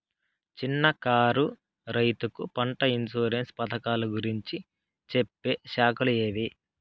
చిన్న కారు రైతుకు పంట ఇన్సూరెన్సు పథకాలు గురించి చెప్పే శాఖలు ఏవి?